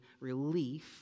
relief